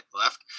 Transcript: left